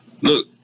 look